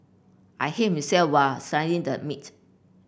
I him while slicing the meat